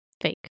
Fake